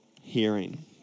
hearing